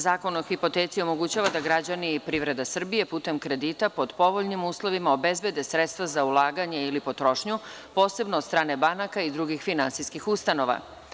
Zakon o hipoteci omogućava da građani i privreda Srbije putem kredita pod povoljnim uslovima obezbede sredstva za ulaganje ili potrošnju posebno od strane banaka i drugih finansijskih ustanova.